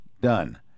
done